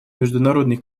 международной